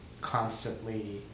constantly